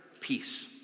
peace